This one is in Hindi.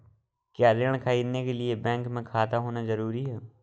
क्या ऋण ख़रीदने के लिए बैंक में खाता होना जरूरी है?